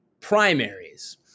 primaries